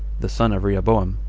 the son of rehoboam,